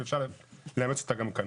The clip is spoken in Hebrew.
ואפשר לאמץ אותה גם כאן.